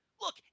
Look